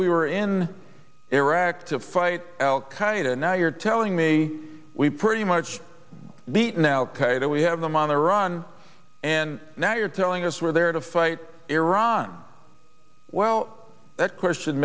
we were in iraq to fight al qaeda and now you're telling me we pretty much beat now that we have them on the run and now you're telling us we're there to fight iran well that question